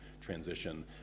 transition